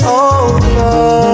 over